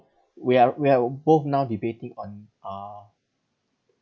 we are we are both now debating on uh